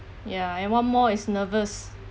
ya and what more is nervous